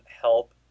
help